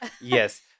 Yes